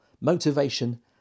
motivation